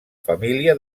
família